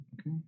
Okay